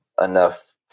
enough